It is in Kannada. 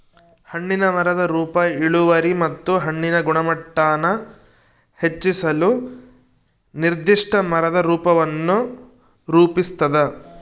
ಹಣ್ಣಿನ ಮರದ ರೂಪ ಇಳುವರಿ ಮತ್ತು ಹಣ್ಣಿನ ಗುಣಮಟ್ಟಾನ ಹೆಚ್ಚಿಸಲು ನಿರ್ದಿಷ್ಟ ಮರದ ರೂಪವನ್ನು ರೂಪಿಸ್ತದ